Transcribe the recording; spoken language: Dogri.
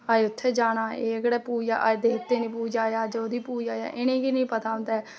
आज्ज उत्थे जाना एह्कड़ी पूजा अज्ज देवतें दा पूजा ऐ अज्ज ओह्दी पूजा ऐ इनेंगी नी पता होंदा ऐ